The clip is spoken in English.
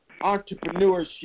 entrepreneurship